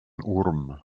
orm